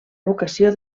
vocació